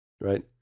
Right